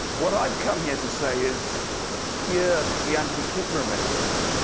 what i've come here to say is fear the antikythera mechanism.